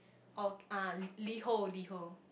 oh ah Liho Liho